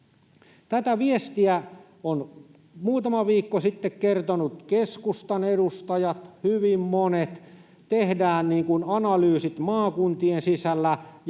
Tätä viestiä ovat muutama viikko sitten kertoneet hyvin monet keskustan edustajat: tehdään analyysit maakuntien sisällä,